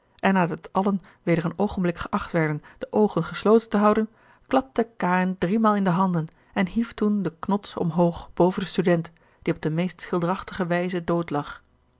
en nadat allen weder een oogenblik geacht werden de oogen gesloten te houden klapte kaïn driemaal in de handen en hief toen de knods omhoog boven den student die op de meest schilderachtige wijze